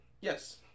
Yes